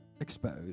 exposed